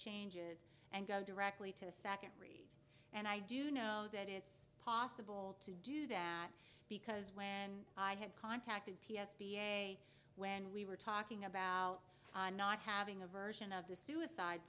changes and go directly to a second read and i do know that it's possible to do that because when i had contacted p s b a when we were talking about not having a version of the suicide